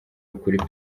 ukuri